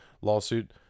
lawsuit